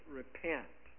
repent